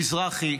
מזרחי,